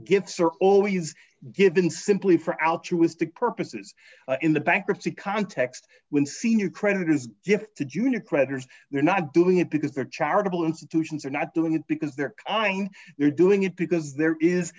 gets are always given simply for alchemists purposes in the bankruptcy context when senior creditors gift to junior creditors they're not doing it because their charitable institutions are not doing it because they're i know they're doing it because there is